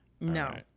No